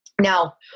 Now